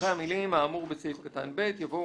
אחרי המילים "האמור בסעיף קטן (ב)" יבואו